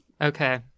okay